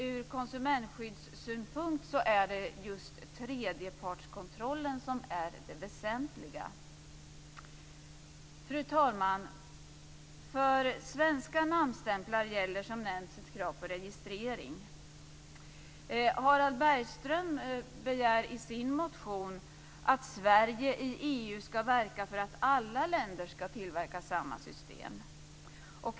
Ur konsumentskyddssynpunkt är det just tredjepartskontrollen som är det väsentliga. Fru talman! För svenska namnstämplar gäller, som nämnts, ett krav på registrering. Harald Bergström begär i sin motion att Sverige i EU ska verka för att alla länder ska införa samma system.